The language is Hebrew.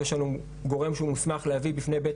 ויש לנו גורם שהוא מוסמך להביא בפני בית